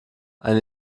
ein